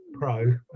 Pro